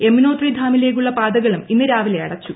യമുനോത്രി ധ്യാമിലേക്കുള്ള പാതകളും ഇന്ന് രാവിലെ അടച്ചു